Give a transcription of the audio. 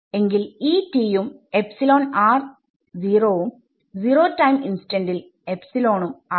എങ്കിൽ ഉം ഉം സീറോ ടൈം ഇൻസ്റ്റന്റിൽ ഉം ആവും